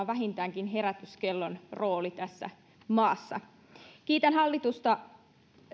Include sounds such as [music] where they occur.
[unintelligible] vähintäänkin herätyskellon rooli tässä maassa kiitän hallitusta